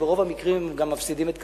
וברוב המקרים גם מפסידים את כספם.